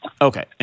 Okay